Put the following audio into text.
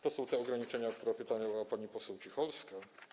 To są ograniczenia, o które pytała pani poseł Cicholska.